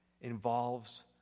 involves